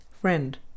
Friend